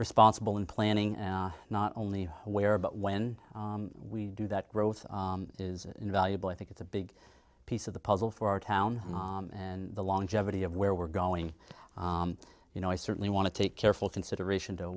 responsible and planning not only where but when we do that growth is invaluable i think it's a big piece of the puzzle for our town and the longevity of where we're going you know i certainly want to take careful consideration to